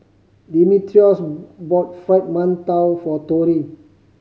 Dimitrios bought Fried Mantou for Tori